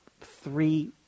three